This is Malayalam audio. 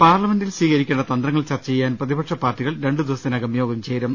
പാർലമെന്റിൽ സ്വീകരിക്കേണ്ട തന്ത്രങ്ങൾ ചർച്ച ചെയ്യാൻ പ്രതിപക്ഷപാർട്ടി കൾ രണ്ടുദിവസത്തിനകം യോഗം ചേരും